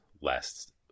last